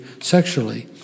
sexually